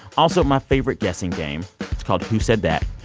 also my favorite guessing game. it's called who said that.